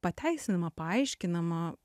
pateisinama paaiškinama